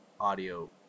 audio